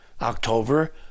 October